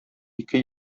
ике